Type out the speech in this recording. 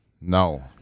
No